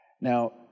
now